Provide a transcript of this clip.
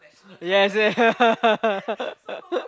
yes yes